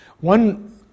One